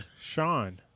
Sean